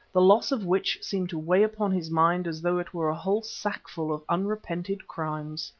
the loss of which seemed to weigh upon his mind as though it were a whole sackful of unrepented crimes